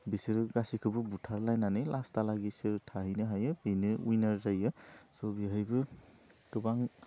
बिसोरो गासिखौबो बुथारलायनानै लास्टहालागै सोर थाहैनो हायो बिनो उइनार जायो सह बेहायबो गोबां